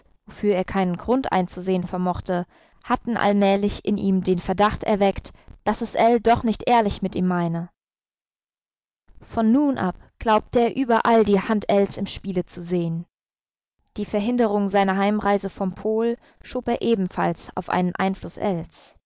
er keinen grund einzusehen vermochte hatten allmählich in ihm den verdacht erweckt daß es ell doch nicht ehrlich mit ihm meine von nun ab glaubte er überall die hand ells im spiele zu sehen die verhinderung seiner heimreise vom pol schob er ebenfalls auf einen einfluß